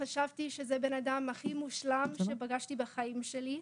חשבתי שזה הבן אדם הכי מושלם שפגשתי בחיים שלי.